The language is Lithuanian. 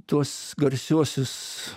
tuos garsiuosius